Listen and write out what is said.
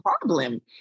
problem